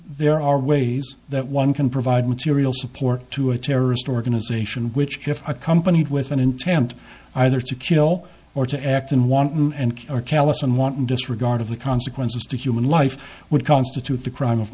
there are ways that one can provide material support to a terrorist organization which accompanied with an intent either to kill or to act in wanton and or callous and wanton disregard of the consequences to human life would constitute the crime of